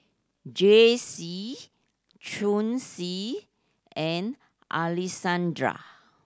Jaycee Chauncy and Alessandra